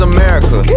America